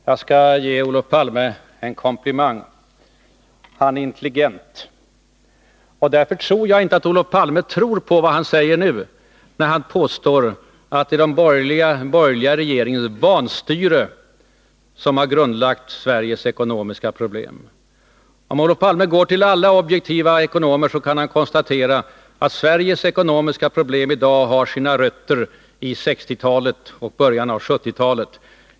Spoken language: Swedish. Herr talman! Jag skall ge Olof Palme en komplimang: han är intelligent. Därför tror jag att Olof Palme inte själv tror på vad han säger nu när han påstår att det är den borgerliga regeringens vanstyre som har grundlagt Sveriges ekonomiska problem. Om Olof Palme går till alla objektiva ekonomier, så kan han konstatera att Sveriges ekonomiska problem i dag har sina rötter i 1960-talet och i början av 1970-talet.